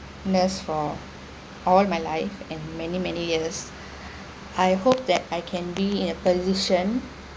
nurse for all my life and many many years I hope that I can be in a position